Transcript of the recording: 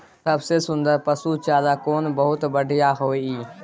सबसे सुन्दर पसु चारा कोन बहुत बढियां होय इ?